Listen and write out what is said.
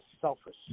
selfish